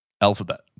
alphabet